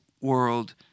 world